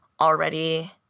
already